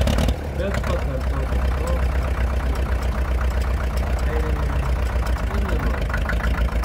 bet pakartoti to ką patyrė žuvų fabrike airijoje ji nenorėtų